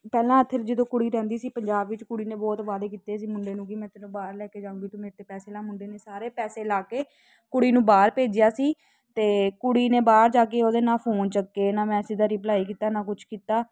ਪਹਿਲਾਂ ਇੱਥੇ ਜਦੋਂ ਕੁੜੀ ਰਹਿੰਦੀ ਸੀ ਪੰਜਾਬ ਵਿੱਚ ਕੁੜੀ ਨੇ ਬਹੁਤ ਵਾਅਦੇ ਕੀਤੇ ਸੀ ਮੁੰਡੇ ਨੂੰ ਕਿ ਮੈਂ ਤੈਨੂੰ ਬਾਹਰ ਲੈ ਕੇ ਜਾਵਾਂਗੀ ਤੂੰ ਮੇਰੇ 'ਤੇ ਪੈਸੇ ਲਗਾ ਮੁੰਡੇ ਨੇ ਸਾਰੇ ਪੈਸੇ ਲਗਾ ਕੇ ਕੁੜੀ ਨੂੰ ਬਾਹਰ ਭੇਜਿਆ ਸੀ ਅਤੇ ਕੁੜੀ ਨੇ ਬਾਹਰ ਜਾ ਕੇ ਉਹਦੇ ਨਾ ਫੋਨ ਚੱਕੇ ਨਾ ਮੈਸਿਜ ਦਾ ਰਿਪਲਾਈ ਕੀਤਾ ਨਾ ਕੁਛ ਕੀਤਾ